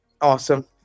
Awesome